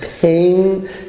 pain